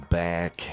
back